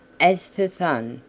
as for fun,